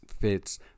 fits